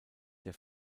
der